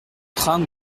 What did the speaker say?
train